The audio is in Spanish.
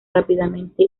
rápidamente